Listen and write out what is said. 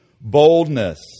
boldness